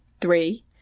Three